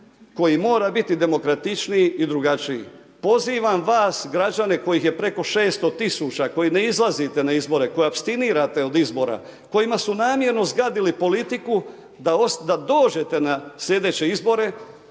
koji mora biti demokratičniji i drugačiji. Pozivam vas građane kojih je preko 600 tisuća, koji ne izlazite na izbore, koji apstinirate od izbora, kojima su namjerno zgadili politiku, da dođete na sljedeće izbore